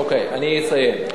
אוקיי, אני אסיים.